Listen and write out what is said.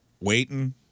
waiting